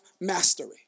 mastery